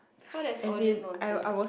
before that is all just nonsense